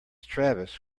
travis